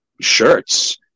Shirts